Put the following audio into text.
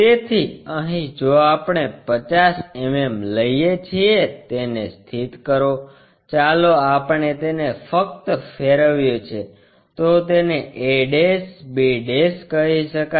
તેથી અહીં જો આપણે 50 mm લઈએ છીએ તેને સ્થિત કરો ચાલો આપણે તેને ફક્ત ફેરવ્યું છે તો તેને ab કહી શકાય